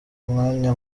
umwanya